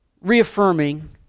Reaffirming